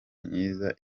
myiza